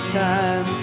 time